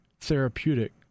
therapeutic